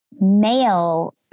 male